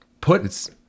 Put